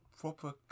proper